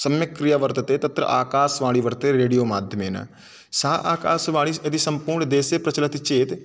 सम्यक् क्रिया वर्तते तत्र आकाशवाणी वर्तते रेडियो माध्यमेन सा आकाशवाणी यदि सम्पूर्णदेशे प्रचलति चेत्